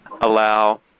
allow